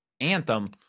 Anthem